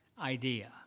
idea